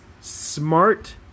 smart